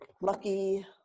lucky